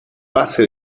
pase